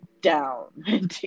down